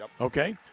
Okay